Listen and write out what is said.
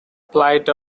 plight